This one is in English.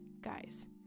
guys